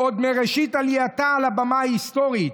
עוד מראשית עלייתה על הבמה ההיסטורית.